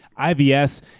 IBS